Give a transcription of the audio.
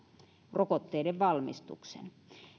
rokotteiden valmistuksen